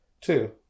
two